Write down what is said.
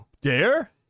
dare